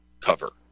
cover